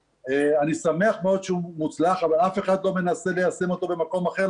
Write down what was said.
אני שמח מאוד שהוא מוצלח אבל אף אחד לא מנסה ליישם אותו במקום אחר,